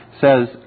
says